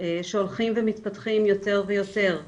שהולכים ומתפתחים יותר ויותר בארץ,